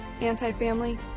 anti-family